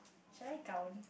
shall I count